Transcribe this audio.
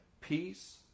peace